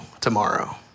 tomorrow